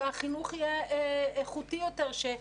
שהחינוך יהיה איכותי יותר,